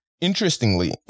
interestingly